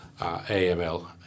AML